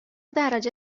درجه